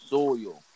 Soil